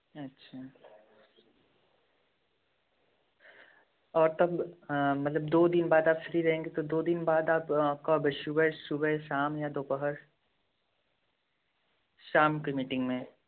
और तब मतलब दो दिन बाद आप फ्री रहेंगे तो दो दिन बाद आप कब सुबह सुबह शाम या दोपहर शाम की मीटिंग में